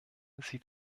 sieht